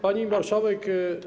Pani Marszałek!